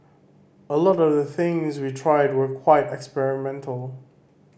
a lot of the things we tried were quite experimental